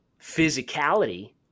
physicality